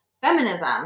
feminism